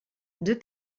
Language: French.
deux